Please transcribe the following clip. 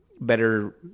better